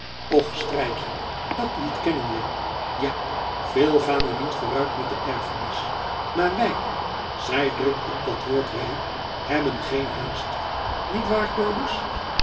och strijkkie dat liedje kennen we ja veel gaan we niet vooruit met de erfenis maar wij zij drukt op dat woord wij hebben geen haast niet waar kobus